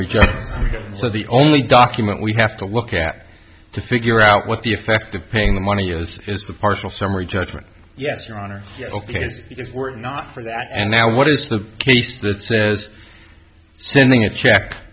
so the only document we have to look at to figure out what the effect of paying the money is is the partial summary judgment yes your honor ok so we're not for that and now what is the case that says sending a check